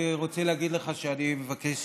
אני רוצה להגיד שאני מבקש